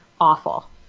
awful